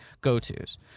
go-tos